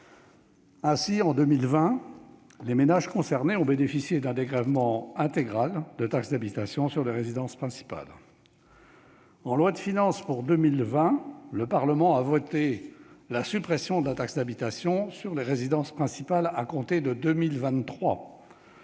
Ainsi, en 2020, les ménages concernés ont bénéficié d'un dégrèvement intégral de la taxe d'habitation sur les résidences principales. Dans la loi de finances pour 2020, le Parlement a voté la suppression de la taxe d'habitation sur les résidences principales à compter de 2023.